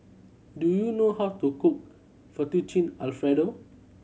do you know how to cook Fettuccine Alfredo